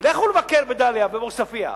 לכו לבקר בדאליה ובעוספיא,